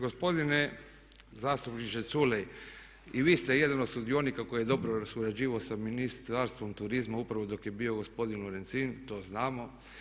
Gospodine zastupniče Culej i vi ste jedan od sudionika koji je dobro surađivao sa Ministarstvom turizma upravo dok je bio gospodin Lorencin, to znamo.